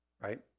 right